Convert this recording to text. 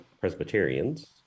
Presbyterians